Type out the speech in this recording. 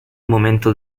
momento